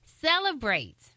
celebrate